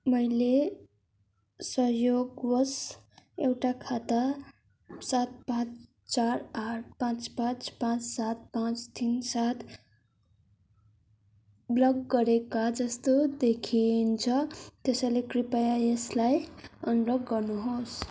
मैले संयोगवश एउटा खाता सात पाँच चार आठ पाँच पाँच पाँच सात पाँच तिन सात ब्लक गरेका जस्तो देखिन्छ त्यसैले कृपया यसलाई अनब्लक गर्नुहोस्